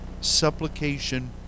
supplication